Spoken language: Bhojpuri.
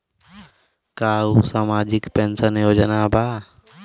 का उ सामाजिक पेंशन योजना बा?